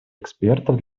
экспертов